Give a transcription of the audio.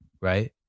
right